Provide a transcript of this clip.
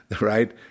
right